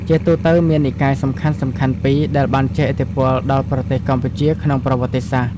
ជាទូទៅ មាននិកាយសំខាន់ៗពីរដែលបានជះឥទ្ធិពលដល់ប្រទេសកម្ពុជាក្នុងប្រវត្តិសាស្ត្រ។